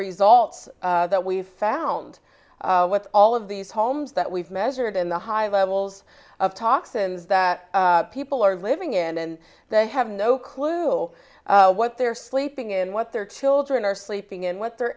results that we've found what all of these homes that we've measured in the high levels of toxins that people are living in and they have no clue what they're sleeping and what their children are sleeping and what their